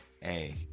Hey